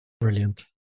Brilliant